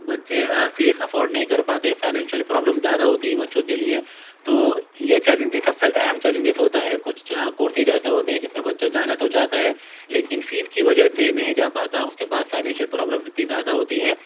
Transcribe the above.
بچے fees afford نہیں کر پاتے فائنینشیل پرابلم زیادہ ہوتی ہیں بچوں کے لیے تو یہ چیلنجز سب سے اہم چیلنجز ہوتا ہے کچھ کورسز ایسے ہوتے ہیں جس میں بچہ جانا تو چاہتا ہے لیکن فیس کی وجہ سے نہیں جا پاتا اس کے پاس فائنینشیل پرابلم اتی زیادہ ہوتی ہے